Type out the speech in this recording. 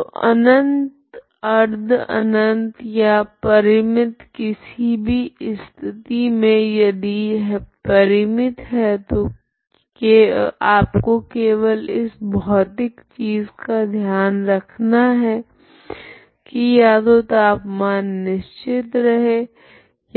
तो अनंत अर्ध अनंत या परिमित किसी भी स्थिति मे यदि यह परिमित है तो आपको केवल इस भौतिक चीज का ध्यान रखना है की या तो तापमान निश्चित रहे